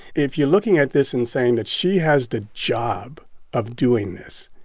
if you're looking at this and saying that she has the job of doing this,